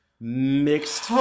mixed